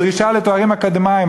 בדרישה לתארים אקדמיים.